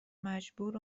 مجبور